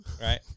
Right